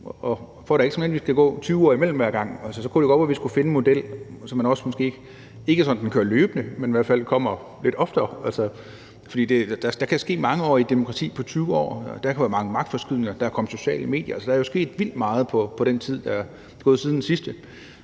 Og for at der ikke nødvendigvis skal gå 20 år mellem hver gang, kunne det godt være, vi skulle finde en model, så den måske ikke sådan kører løbende, men i hvert fald kommer lidt oftere. For der kan ske meget i et demokrati på 20 år. Der kan være mange magtforskydninger, og der er kommet sociale medier. Der er jo sket vildt meget på den tid, der er gået siden sidste